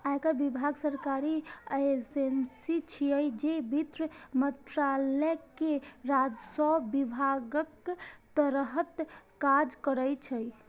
आयकर विभाग सरकारी एजेंसी छियै, जे वित्त मंत्रालय के राजस्व विभागक तहत काज करै छै